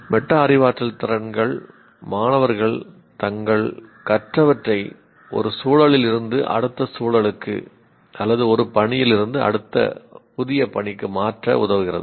meta அறிவாற்றல் திறன்கள் மாணவர்கள் தாங்கள் கற்றவற்றை ஒரு சூழலில் இருந்து அடுத்த சூழலுக்கு அல்லது ஒரு பணியிலிருந்து புதிய பணிக்கு மாற்ற உதவுகின்றன